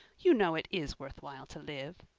you know it is worthwhile to live.